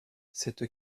cette